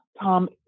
Tom